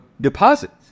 deposits